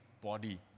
body